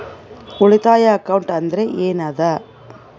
ಉಳಿತಾಯ ಅಕೌಂಟ್ ಅಂದ್ರೆ ಏನ್ ಅದ?